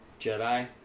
Jedi